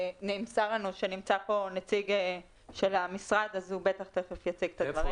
ונמסר לנו שנמצא פה נציג של משרד הפנים אז הוא בטח תכף יציג את הדברים.